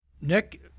Nick